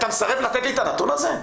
אתה מסרב לתת לי את הנתון הזה?